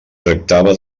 tractava